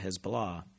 Hezbollah